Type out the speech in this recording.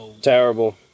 Terrible